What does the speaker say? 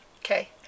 Okay